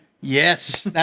Yes